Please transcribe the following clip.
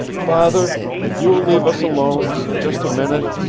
father, if you will leave us alone just a minute